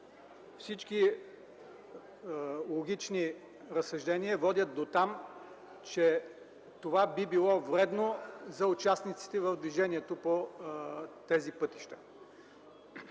всички логични разсъждения водят дотам, че това би било вредно за участниците в движението по пътищата.